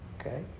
Okay